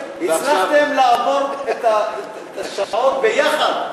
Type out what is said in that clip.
הצלחתם לעבור את השעות ביחד.